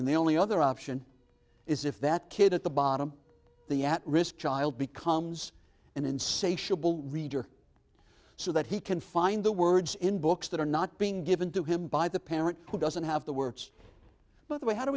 and the only other option is if that kid at the bottom the at risk child becomes an insatiable reader so that he can find the words in books that are not being given to him by the parent who doesn't have the words by the way how do